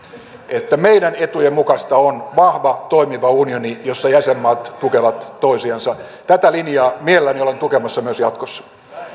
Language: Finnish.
että meidän etujen mukaista on vahva toimiva unioni jossa jäsenmaat tukevat toisiansa tätä linjaa mielelläni olen tukemassa myös jatkossa